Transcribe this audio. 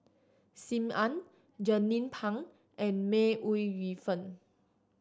Sim Ann Jernnine Pang and May Ooi Yu Fen